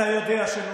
אתה יודע שלא.